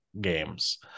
games